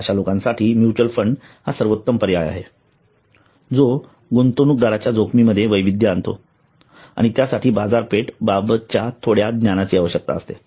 अशा लोकांसाठी mutual fund हा सर्वोत्तम पर्याय आहे जो गुंतवणूकदारांच्या जोखमीमध्ये वैविध्य आणतो आणि त्यासाठी बाजारपेठ बाबतच्या थोड्या ज्ञानाची आवश्यक असते